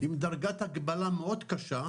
עם דרגת הגבלה מאוד קשה,